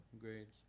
grades